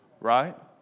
Right